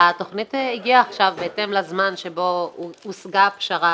התוכנית הגיעה עכשיו בהתאם לזמן שבו הושגה פשרה